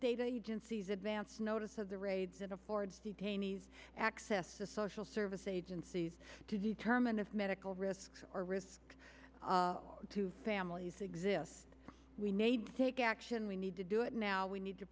data agency's advance notice of the raids that affords detainees access to social service agencies to determine if medical risks or risk to families exist we made to take action we need to do it now we need to